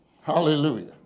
Hallelujah